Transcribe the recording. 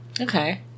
Okay